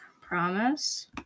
Promise